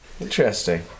Interesting